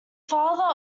father